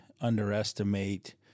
underestimate